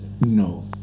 No